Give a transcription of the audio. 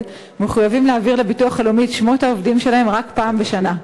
מחויבים להעביר לביטוח הלאומי את שמות העובדים שלהם רק אחת לשנה.